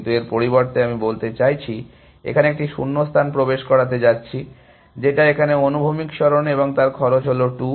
কিন্তু এর পরিবর্তে আমি বলতে চাইছি এখানে একটি শূণ্যস্থান প্রবেশ করাতে যাচ্ছি যেটা এখানে অনুভূমিক সরণ এবং তার খরচ হল 2